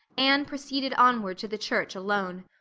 anne proceeded onward to the church alone.